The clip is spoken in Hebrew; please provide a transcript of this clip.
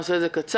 אעשה את זה בקצרה.